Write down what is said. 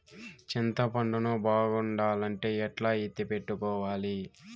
చింతపండు ను బాగుండాలంటే ఎట్లా ఎత్తిపెట్టుకోవాలి?